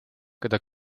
keda